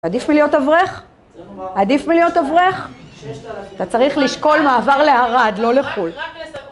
עדיף מלהיות אברך? עדיף מלהיות אברך? אתה צריך לשקול מעבר לערד, לא לחו״ל.